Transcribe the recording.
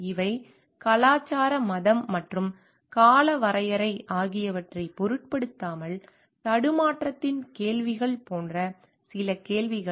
இவை கலாச்சார மதம் மற்றும் காலவரையறை ஆகியவற்றைப் பொருட்படுத்தாமல் தடுமாற்றத்தின் கேள்விகள் போன்ற சில கேள்விகள்